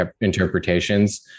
interpretations